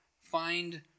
find